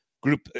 group